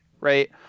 right